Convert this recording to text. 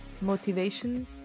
motivation